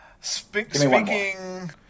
Speaking